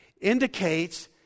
indicates